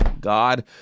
God